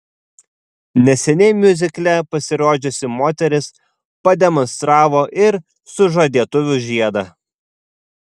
neseniai miuzikle pasirodžiusi moteris pademonstravo ir sužadėtuvių žiedą